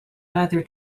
either